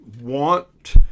want